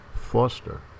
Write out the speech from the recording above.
Foster